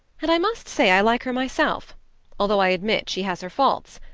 and i must say i like her myself although i admit she has her faults.